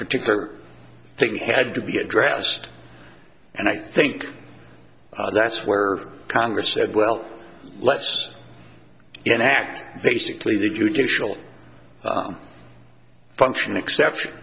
particular thing had to be addressed and i think that's where congress said well let's then act basically the judicial function exception